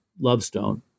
Lovestone